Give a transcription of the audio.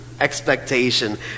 expectation